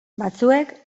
batzuek